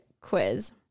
quiz